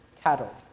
cattle